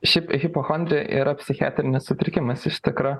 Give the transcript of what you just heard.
šiaip hipochondrija yra psichiatrinis sutrikimas iš tikro